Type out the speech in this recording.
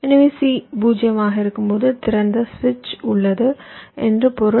எனவே C 0 ஆக இருக்கும்போது திறந்த சுவிட்ச் உள்ளது என்று பொருள்